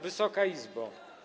Wysoka Izbo!